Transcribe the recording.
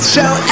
Show